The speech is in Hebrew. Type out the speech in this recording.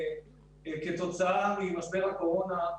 כתוצאה ממשבר הקורונה,